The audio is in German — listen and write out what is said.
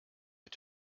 mit